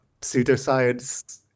pseudoscience